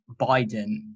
Biden